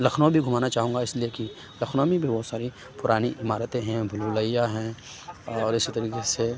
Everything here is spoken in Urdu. لکھنؤ بھی گُھمانا چاہوں گا اِس لیے کہ لکھنؤ میں بھی بہت ساری پرانی عمارتیں ہیں بھول بُھلیا ہیں اور اِسی طریقے سے